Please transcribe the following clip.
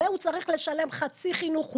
והוא צריך לשלם חצי חינוך.